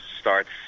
starts